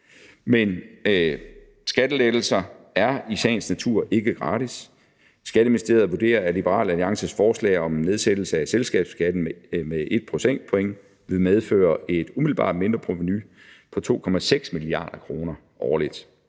men skattelettelser er i sagens natur ikke gratis. Skatteministeriet vurderer, at Liberal Alliances forslag om en nedsættelse af selskabsskatten med 1 procentpoint vil medføre et umiddelbart mindreprovenu på 2,6 mia. kr. årligt.